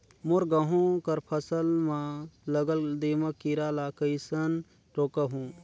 मोर गहूं कर फसल म लगल दीमक कीरा ला कइसन रोकहू?